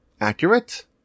accurate